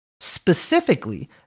Specifically